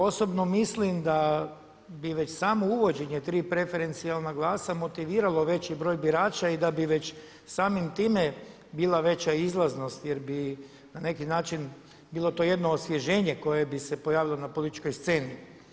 Osobno mislim da bi već samo uvođenje tri preferencijalna glasa motiviralo veći broj birača i da bi već samim time bila veća izlaznost jer bi na neki način bilo to jedno osvježenje koje bi se pojavio na političkoj sceni.